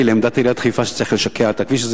לעמדת עיריית חיפה שצריך לשקע את הכביש.